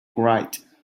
write